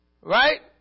right